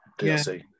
DLC